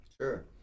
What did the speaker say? Sure